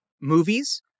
movies